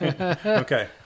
okay